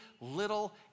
little